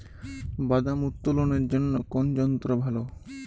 বাদাম উত্তোলনের জন্য কোন যন্ত্র ভালো?